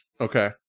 Okay